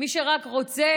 מי שרק רוצה